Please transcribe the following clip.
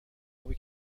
ابی